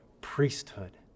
priesthood